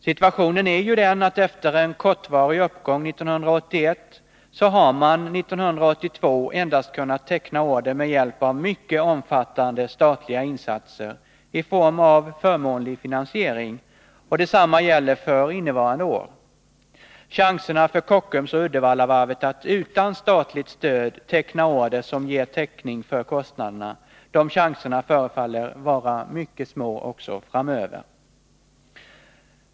Situationen är ju den, att efter en kortvarig uppgång 1981 har man 1982 endast kunnat teckna order med hjälp av mycket omfattande statliga insatser i form av förmånlig finansiering, och detsamma gäller för innevarande år. Chanserna för Kockums och Uddevallavarvet att utan statligt stöd teckna order som ger täckning för kostnaderna förefaller att vara mycket små också framöver.